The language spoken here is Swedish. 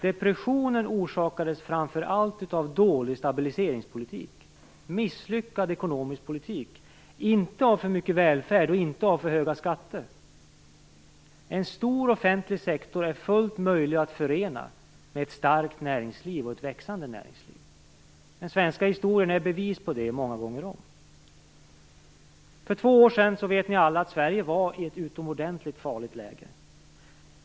Depressionen orsakades framför allt av dålig stabiliseringspolitik, misslyckad ekonomisk politik, inte av för mycket välfärd och inte av för höga skatter. En stor offentligt sektor är fullt möjlig att förena med ett starkt och växande näringsliv. Den svenska historien har bevisat det många gånger om. För två år sedan vet ni alla att Sverige var i ett utomordentligt farligt läge.